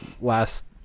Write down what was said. last